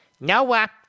Noah